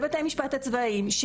בבתי המשפט הצבאיים,